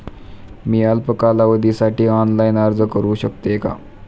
मी अल्प कालावधीसाठी ऑनलाइन अर्ज करू शकते का?